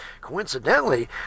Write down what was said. Coincidentally